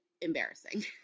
embarrassing